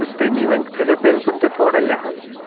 تہٕ تٔمی وۄنۍ تھٲیزیٚو تٔمسُنٛد تہِ تھوڑا لِحاظ